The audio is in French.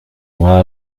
aura